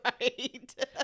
Right